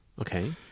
Okay